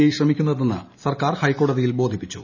I ശ്രമിക്കുന്നതെന്ന് സർക്കാർ ഹൈക്കോടതിയിൽ ബോധിപ്പിച്ചു